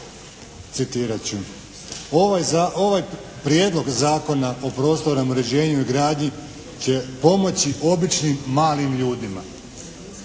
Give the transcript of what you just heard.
citirat ću: "Ovaj Prijedlog Zakona o prostornom uređenju i gradnji će pomoći običnim malim ljudima."